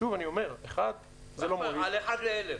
על אחד לאלף.